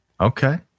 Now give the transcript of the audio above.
Okay